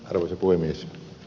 arvoisa puhemies